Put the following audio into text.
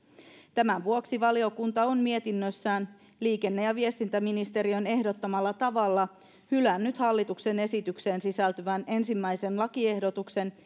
tämän vuoksi valiokunta on mietinnössään liikenne ja viestintäministeriön ehdottamalla tavalla hylännyt hallituksen esitykseen sisältyvän ensimmäisen lakiehdotuksen